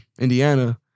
Indiana